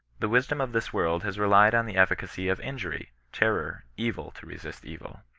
the wisdom of this world has re lied on the efficacy of injury, terror, evil, to resist evil.